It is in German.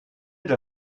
der